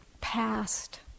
past